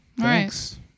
Thanks